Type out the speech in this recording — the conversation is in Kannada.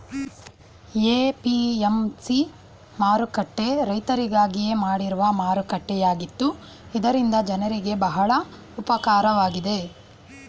ಎ.ಪಿ.ಎಂ.ಸಿ ಮಾರುಕಟ್ಟೆ ರೈತರಿಗಾಗಿಯೇ ಮಾಡಿರುವ ಮಾರುಕಟ್ಟೆಯಾಗಿತ್ತು ಇದರಿಂದ ಜನರಿಗೆ ಬಹಳ ಉಪಕಾರವಾಗಿದೆ